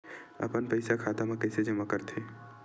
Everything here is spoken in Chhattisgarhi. अपन पईसा खाता मा कइसे जमा कर थे?